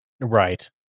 Right